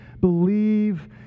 believe